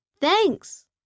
Thanks